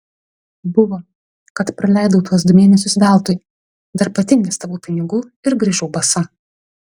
buvo kad praleidau tuos du mėnesius veltui dar pati investavau pinigų ir grįžau basa